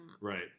right